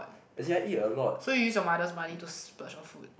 so you use your mother's money to splurge on food